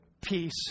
peace